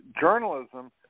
journalism